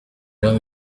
jean